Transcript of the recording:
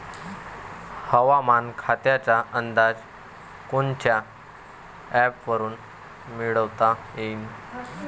हवामान खात्याचा अंदाज कोनच्या ॲपवरुन मिळवता येईन?